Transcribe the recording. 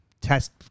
test